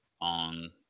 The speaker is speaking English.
on